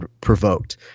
provoked